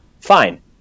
fine